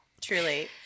truly